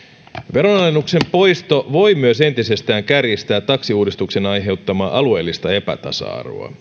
veronalennuksen poisto voi myös entisestään kärjistää taksiuudistuksen aiheuttamaa alueellista epätasa arvoa